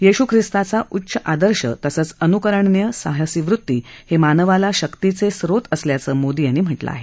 येशू खिस्ताचा उच्च आदर्श तसंच अनुकरणीय साहसी वृत्ती हे मानवाला शक्तीचे स्रोत असल्याचं मोदी यांनी म्हटलं आहे